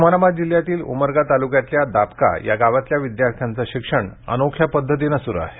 उस्मानाबाद जिल्ह्यातील उमरगा तालूक्यातील दाबका या गावातल्या विद्यार्थ्यांचं शिक्षण तर अनोख्या पद्धतीनं सुरू आहे